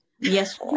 Yes